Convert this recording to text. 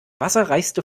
wasserreichste